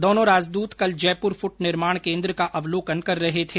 दोनों राजद्रत कल जयपुर फुट निर्माण केन्द्र का अवलोकन कर रहे थे